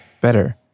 better